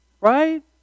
Right